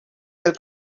del